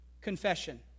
Confession